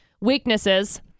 Weaknesses